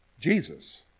Jesus